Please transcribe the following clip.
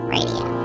Radio